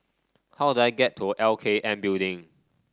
how do I get to L K N Building